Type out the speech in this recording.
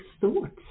thoughts